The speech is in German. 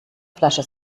flasche